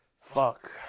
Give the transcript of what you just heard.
Fuck